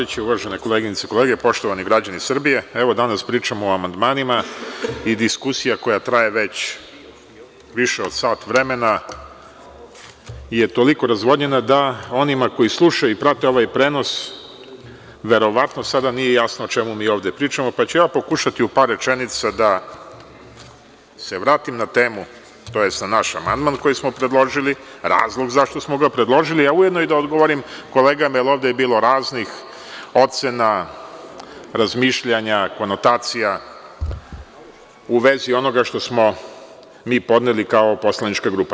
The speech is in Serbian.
Uvažene koleginice i kolege, poštovani građani Srbije, evo danas pričamo o amandmanima i diskusija koja traje već više od sat vremena je toliko razvodnjena da onima koji slušaju i prate ovaj prenos verovatno sada nije jasno o čemu pričamo, pa ću ja pokušati u par rečenica da se vratim na temu, tj. na naš amandman koji smo predložili, razlog zašto smo ga predložili, a ujedno da odgovorim kolegama jer ovde je bilo raznih ocena, razmišljanja, konotacija u vezi onoga što smo mi podneli kao poslanička grupa.